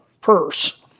purse